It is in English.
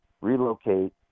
relocate